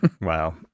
wow